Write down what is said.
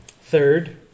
Third